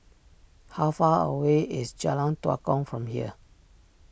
how far away is Jalan Tua Kong from here